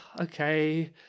okay